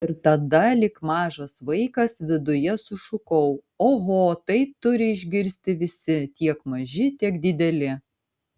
ir tada lyg mažas vaikas viduje sušukau oho tai turi išgirsti visi tiek maži tiek dideli